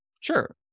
Sure